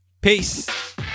Peace